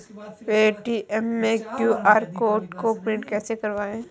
Paytm के QR code को print कैसे करवाएँ?